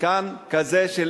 מתקן כזה, של